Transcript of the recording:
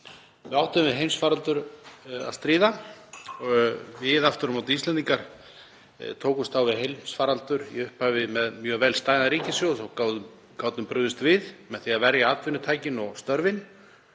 Við áttum við heimsfaraldur að stríða. Við Íslendingar tókumst á við heimsfaraldur í upphafi með mjög vel stæðan ríkissjóð og gátum brugðist við með því að verja atvinnutækin og störfin